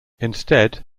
instead